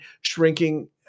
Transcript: shrinking